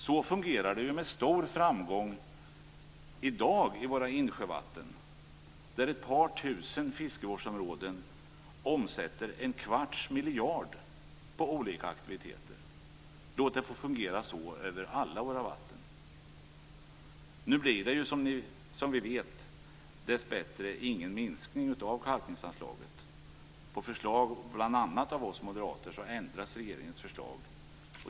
Så fungerar det ju i dag med stor framgång vad gäller våra insjövatten. Ett par tusen fiskevårdsområden omsätter en kvarts miljard kronor på olika aktiviteter. Låt det få fungera så vad gäller alla våra vatten! Som bekant blir det, dessbättre, ingen minskning av kalkningsanslaget. På förslag, bl.a. av oss moderater, ändras regeringens förslag.